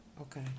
Okay